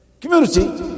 Community